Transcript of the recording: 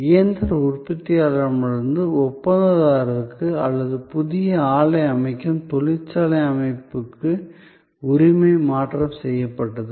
இயந்திர உற்பத்தியாளரிடமிருந்து ஒப்பந்ததாரருக்கு அல்லது புதிய ஆலை அமைக்கும் தொழிற்சாலை அமைப்புக்கு உரிமை மாற்றம் செய்யப்பட்டது